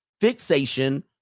fixation